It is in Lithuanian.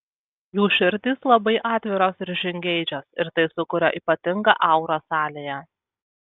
jų širdys labai atviros ir žingeidžios ir tai sukuria ypatingą aurą salėje